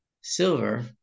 silver